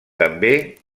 també